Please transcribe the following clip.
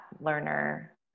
learner